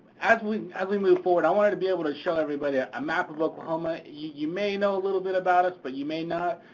as we as we move forward i want to be able to show everybody a map of oklahoma. you may know a little bit about us, buy but you may not.